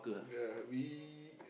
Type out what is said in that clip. ya we uh